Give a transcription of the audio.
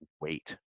wait